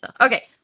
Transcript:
Okay